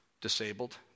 disabled